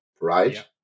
right